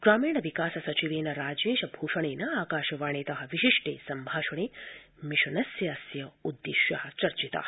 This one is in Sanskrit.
ग्रामीण विकास सचिवेन राजेश भूषणेन आकाशवाणीतः विशिष्टे सम्भाषणे मिशनस्योदेश्याः चर्चिताः